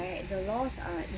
the laws are